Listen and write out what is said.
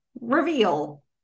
reveal